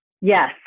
Yes